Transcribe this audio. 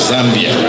Zambia